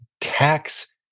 tax